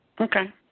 Okay